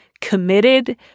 committed